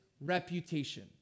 reputation